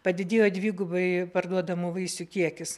padidėjo dvigubai parduodamų vaisių kiekis